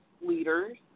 leaders